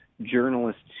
journalists